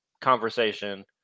conversation